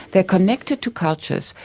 they're connected to cultures.